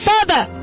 Father